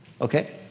Okay